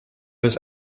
was